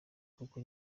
kuko